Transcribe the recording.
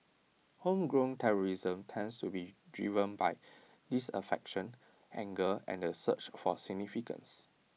homegrown terrorism tends to be driven by disaffection anger and the search for significance